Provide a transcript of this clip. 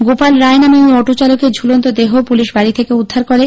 গোপাল রায় নামে ওই অটোচালকের ঝুলন্ত দেহ পুলিশ বাড়ি থেকে উদ্ধার করেছে